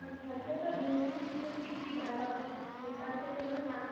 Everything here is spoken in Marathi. अच्छा अच्छा तर दोन दिवसाचे तर किती भाडं घेता तर ते मला सांगा